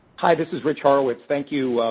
hi, this is rich horowitz. thank you,